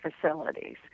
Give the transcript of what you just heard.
facilities